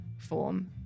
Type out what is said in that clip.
form